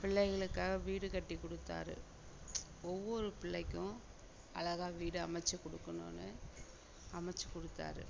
பிள்ளைகளுக்காக வீடு கட்டிக் கொடுத்தாரு ஒவ்வொரு பிள்ளைக்கும் அழகாக வீடு அமைச்சி கொடுக்கணுனு அமைச்சி கொடுத்தாரு